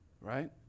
Right